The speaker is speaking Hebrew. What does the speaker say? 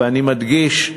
ואני מדגיש,